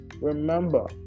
remember